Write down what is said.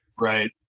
Right